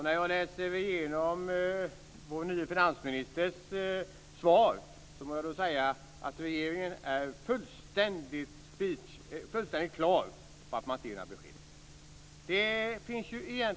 När jag läser vår nye finansministers interpellationssvar måste jag säga att regeringen är fullständigt klar över att man inte ger några besked.